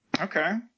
Okay